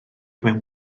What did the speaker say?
mewn